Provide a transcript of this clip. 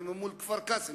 וממול כפר-קאסם.